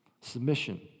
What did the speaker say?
Submission